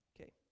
Okay